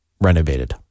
renovated